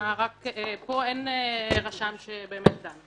פה אין רשם שבאמת דן.